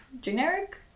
generic